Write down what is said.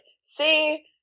see